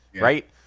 Right